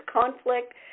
conflict